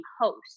host